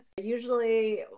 Usually